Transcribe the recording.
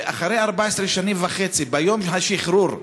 ואחרי 14.5 שנים, ביום השחרור,